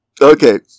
okay